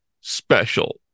special